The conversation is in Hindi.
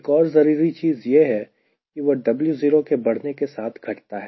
एक और जरूरी चीज यह है कि वह W0 के बढ़ने के साथ घटता है